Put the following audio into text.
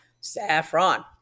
Saffron